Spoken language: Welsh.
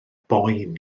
boen